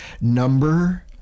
number